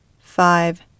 five